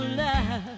love